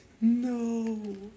No